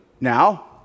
Now